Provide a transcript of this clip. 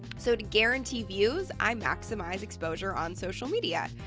so to guarantee views i maximize exposure on social media.